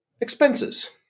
expenses